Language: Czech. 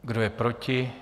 Kdo je proti?